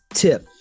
tip